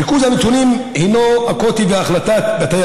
ריכוז הנתונים הוא אקוטי והחלטת בתי